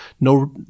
no